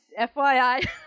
FYI